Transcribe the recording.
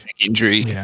injury